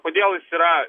kodėl jis yra